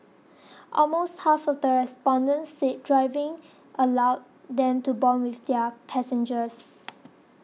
almost half of the respondents said driving allowed them to bond with their passengers